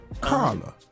carla